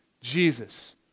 Jesus